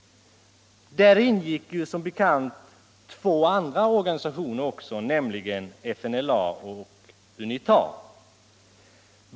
Där ingick som bekant även två andra organisationer, nämligen FNLA och UNITA.